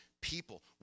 people